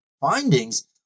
findings